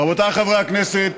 רבותיי חברי הכנסת,